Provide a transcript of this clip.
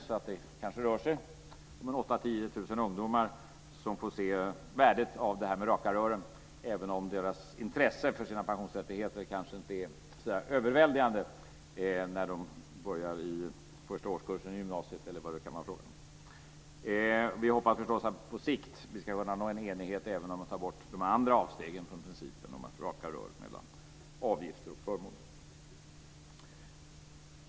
Det rör sig om kanske 8 000-10 000 ungdomar som får se värdet av detta med raka rör, även om deras intresse för sina pensionsrättigheter kanske inte är så överväldigande när de börjar första årskursen i gymnasiet eller vad det kan vara fråga om. Vi hoppas förstås att vi på sikt ska kunna nå en enighet även om att ta bort de andra avstegen från principen om att det ska vara raka rör mellan avgifter och förmåner.